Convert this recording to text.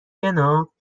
جناب